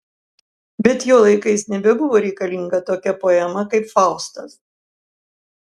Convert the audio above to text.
bet jo laikais nebebuvo reikalinga tokia poema kaip faustas